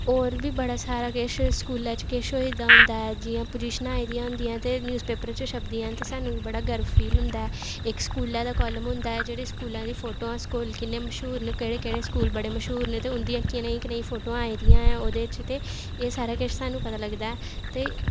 होर बी बड़ा सारा किश स्कूलै च किश होए दा होंदा ऐ जि'यां पोजिशनां आई दियां होंदियां ते न्यूज़ पेपर च छपदियां न ते सानूं बड़ा गर्व फील होंदा ऐ इक स्कूलै दा कॉलम होंदा ऐ जेह्ड़े स्कूलां दियां फोटोआं स्कूल केह्ड़े मश्हूर न केह्ड़े केह्ड़े स्कूल बड़े मश्हूर न ते उं'दियां कनेही कनेहियां फोटोआं आई दियां ओह्दे च ते एह् सारा किश सानूं पता लगदा ऐ ते